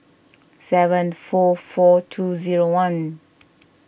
seven four four two zero one